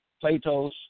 Plato's